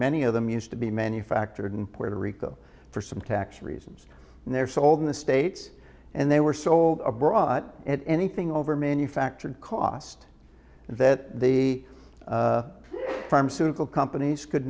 many of them used to be manufactured in puerto rico for some tax reasons and they're sold in the states and they were sold abroad at anything over manufactured cost and that the pharmaceutical companies could